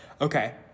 Okay